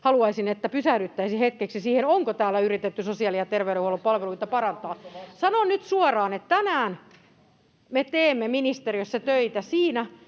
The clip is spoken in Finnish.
haluaisin, että pysähdyttäisiin hetkeksi siihen, onko täällä yritetty sosiaali- ja terveydenhuollon palveluita parantaa. [Perussuomalaisten ryhmästä: Saisiko